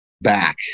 back